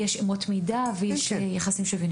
יש אמות מידה ויחסים ---.